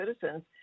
citizens